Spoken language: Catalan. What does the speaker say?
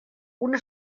una